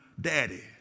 daddy